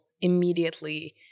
immediately